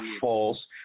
false